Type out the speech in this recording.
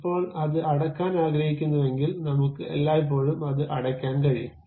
ഇപ്പോൾ അത് അടക്കാൻ ആഗ്രഹിക്കുന്നുവെങ്കിൽ നമ്മുക്ക് എല്ലായ്പ്പോഴും അത് അടയ്ക്കാൻ കഴിയും